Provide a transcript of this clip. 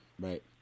Right